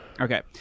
Okay